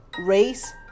race